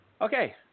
Okay